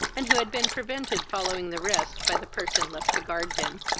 and who had been prevented following the rest by the person left to guard him.